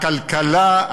הכלכלה,